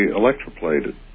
electroplated